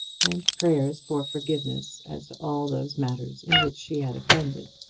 and prayers for forgiveness as to all those matters in which she had offended.